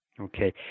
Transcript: Okay